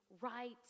right